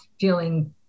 feeling